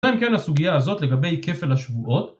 ‫? כן לסוגיה הזאת ‫לגבי כפל השבועות.